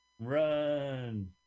Run